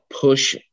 push